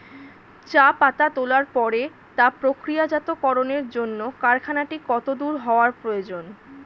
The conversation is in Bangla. চা পাতা তোলার পরে তা প্রক্রিয়াজাতকরণের জন্য কারখানাটি কত দূর হওয়ার প্রয়োজন?